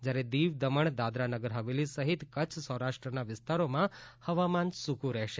જ્યારે દીવ દમણ દાદરા નગર હવેલી સહિત કચ્છ સૌરાષ્ટ્રના વિસ્તારોમાં હવામાન સુક્ રહેશે